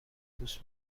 پوست